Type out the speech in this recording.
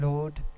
Lord